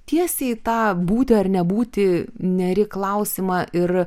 tiesiai į tą būti ar nebūti neri klausimą ir